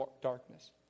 darkness